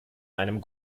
einem